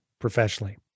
professionally